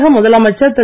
தமிழக முதலமைச்சர் திரு